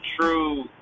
true